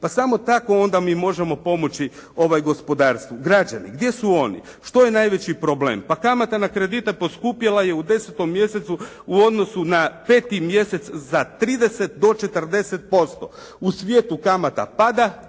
Pa samo tako onda mi možemo pomoći gospodarstvu. Građani, gdje su oni? Što je najveći problem? Pa kamata na kredite poskupjela je u 10. mjesecu u odnosu na 5 mjesec za 30 do 40%, u svijetu kamata pada,